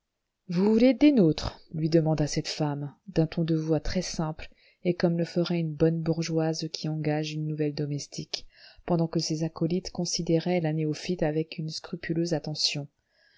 vous voulez être des nôtres lui demanda cette femme d'un ton de voix très-simple et comme le ferait une bonne bourgeoise qui engage une nouvelle domestique pendant que ses acolytes considéraient la néophyte avec une scrupuleuse attention